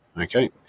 Okay